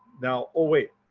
now, oh wait,